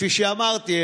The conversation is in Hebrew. כפי שאמרתי,